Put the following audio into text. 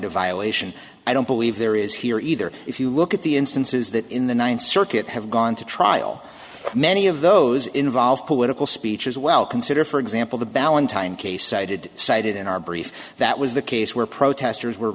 of violation i don't believe there is here either if you look at the instances that in the ninth circuit have gone to trial many of those involve political speech as well consider for example the ballantine case cited cited in our brief that was the case where protesters were